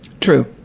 True